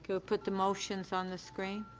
we'll put the motions on the screen.